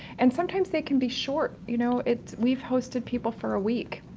and sometimes they can be short, you know, it-we've hosted people for a week,